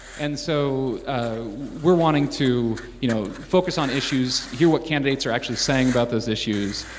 and so we're wanting to, you know, focus on issues, hear what candidates are actually saying about those issues.